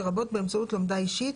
לרבות באמצעות לומדה אישית,